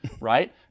right